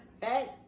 Hey